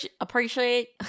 appreciate